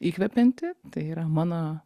įkvepianti tai yra mano